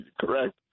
correct